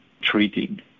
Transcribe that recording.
treating